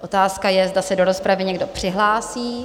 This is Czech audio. Otázka je, zda se do rozpravy někdo přihlásí.